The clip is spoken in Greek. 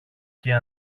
και